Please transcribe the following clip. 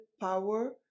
power